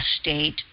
state